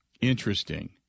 interesting